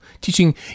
teaching